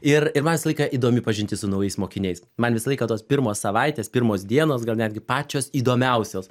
ir i man visą laiką įdomi pažintis su naujais mokiniais man visą laiką tos pirmos savaitės pirmos dienos gal netgi pačios įdomiausios